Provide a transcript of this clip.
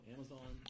Amazon